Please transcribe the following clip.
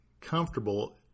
comfortable